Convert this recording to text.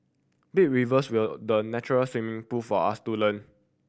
big rivers were the natural swimming pool for us to learn